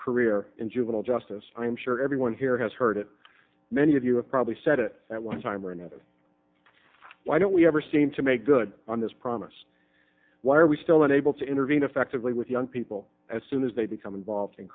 career in juvenile justice i'm sure everyone here has heard it many of you have probably said it at one time or another why don't we ever seem to make good on this promise why are we still unable to intervene effectively with young people as soon as they become involved in